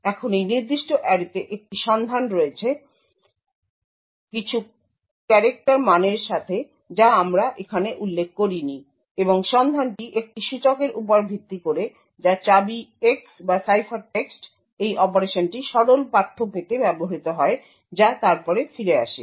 এখন এই নির্দিষ্ট অ্যারেতে একটি সন্ধান রয়েছে কিছু ক্যারেক্টর মানের সাথে যা আমরা এখানে উল্লেখ করিনি এবং সন্ধানটি একটি সূচকের উপর ভিত্তি করে যা চাবি X বা সাইফারটেক্সট এই অপারেশনটি সরল পাঠ্য পেতে ব্যবহৃত হয় যা তারপরে ফিরে আসে